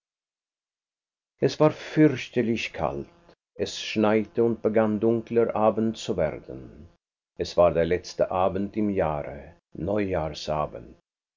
es war fürchterlich kalt es schneite und begann dunkler abend zu werden es war der letzte abend im jahre neujahrsabend